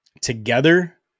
together